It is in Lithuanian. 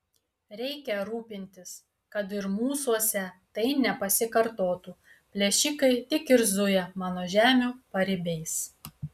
reikia rūpintis kad ir mūsuose tai nepasikartotų plėšikai tik ir zuja mano žemių paribiais